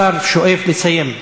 השר שואף לסיים.